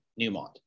Newmont